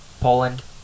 Poland